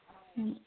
ꯎꯝ